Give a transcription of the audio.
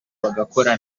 bagakora